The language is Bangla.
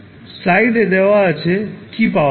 স্লাইডে দেওয়া আছে কি পাওয়া গেছে